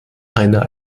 einer